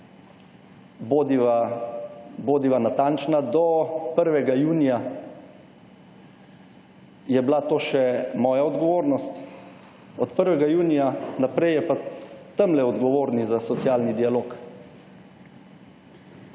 bodiva natančna, do 1. junija je bila to še moja odgovornost, od 1. junija naprej je pa tamle odgovorni za socialni dialog.